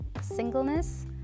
singleness